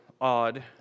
odd